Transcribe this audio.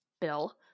Bill